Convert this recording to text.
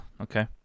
Okay